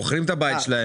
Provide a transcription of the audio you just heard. מוכרים את הבית שלהם,